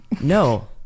No